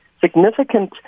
significant